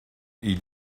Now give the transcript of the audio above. ils